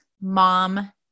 mom